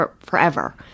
forever